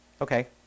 Okay